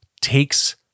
takes